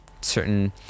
certain